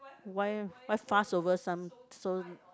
why why fuss over some so